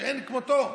שאין כמותו,